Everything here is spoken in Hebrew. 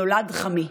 נולד חמי,